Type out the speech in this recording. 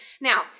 Now